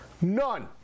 none